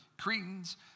Cretans